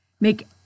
Make